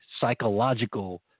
psychological